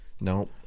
No